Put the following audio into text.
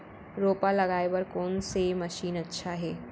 रोपा लगाय बर कोन से मशीन अच्छा हे?